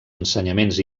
ensenyaments